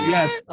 Yes